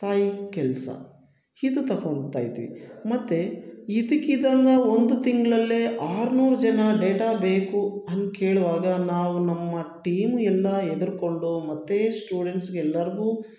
ತಾಯಿ ಕೆಲಸ ಇದು ತಗೊಳ್ತಾಯಿದ್ವಿ ಮತ್ತೆ ಇದ್ದಕ್ಕಿದ್ದಂಗೆ ಒಂದು ತಿಂಗಳಲ್ಲೇ ಆರ್ನೂರು ಜನ ಡೇಟ ಬೇಕು ಅಂತ ಕೇಳುವಾಗ ನಾವು ನಮ್ಮ ಟೀಮ್ ಎಲ್ಲ ಹೆದ್ರಿಕೊಂಡು ಮತ್ತೆ ಸ್ಟೂಡೆಂಟ್ಸ್ಗೆ ಎಲ್ರಿಗೂ